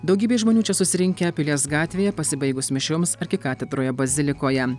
daugybė žmonių čia susirinkę pilies gatvėje pasibaigus mišioms arkikatedroje bazilikoje